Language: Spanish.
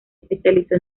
especializó